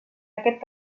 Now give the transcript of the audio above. aquest